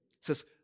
says